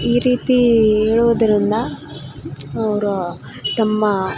ಈ ರೀತೀ ಹೇಳುವುದರಿಂದ ಅವರು ತಮ್ಮ